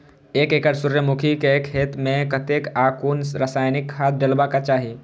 एक एकड़ सूर्यमुखी केय खेत मेय कतेक आ कुन रासायनिक खाद डलबाक चाहि?